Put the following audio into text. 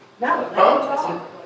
No